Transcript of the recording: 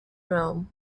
rome